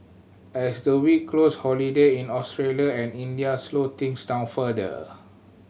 as the week closed holiday in Australia and India slowed things down further